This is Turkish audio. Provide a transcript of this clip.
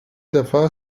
defa